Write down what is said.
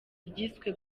ryiswe